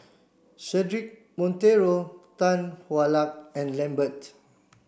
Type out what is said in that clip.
Cedric Monteiro Tan Hwa Luck and Lambert